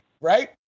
right